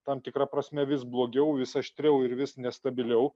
tam tikra prasme vis blogiau vis aštriau ir vis nestabiliau